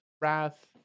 Wrath